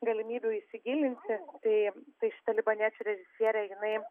galimybių įsigilinti tai tai šita libaniečių režisierė jinai